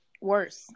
worse